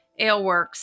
Aleworks